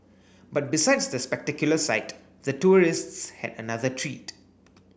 but besides the spectacular sight the tourists had another treat